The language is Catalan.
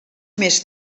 més